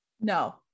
No